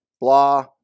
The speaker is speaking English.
blah